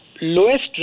lowest